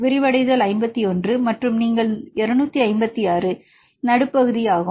விரிவடைதல் 51 மற்றும் நீங்கள் 256 நடுப்பகுதி ஆகும்